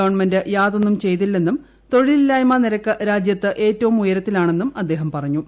government യാതൊന്നും ചെയ്തില്ലെന്നും തൊഴിലില്ലായ്മ നിരക്ക് രാജ്യത്ത് ഏറ്റവും ഉയരത്തിലാണെന്നും അദ്ദേഹം പറഞ്ഞു